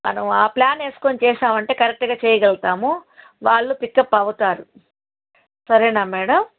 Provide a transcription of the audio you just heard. మనం ఆ ప్లాన్ వేసుకొని చేసామంటే కరెక్ట్గా చేయగలుగుతాము వాళ్ళు పికప్ అవుతారు సరేనా మేడమ్